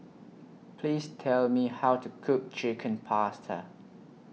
Please Tell Me How to Cook Chicken Pasta